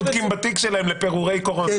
האם בודקים בתיק שלהם פירורי קורונה?